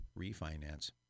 refinance